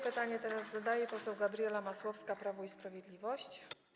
Pytanie teraz zadaje poseł Gabriela Masłowska, Prawo i Sprawiedliwość.